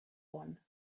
one